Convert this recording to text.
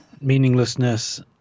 meaninglessness